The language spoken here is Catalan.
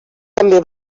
també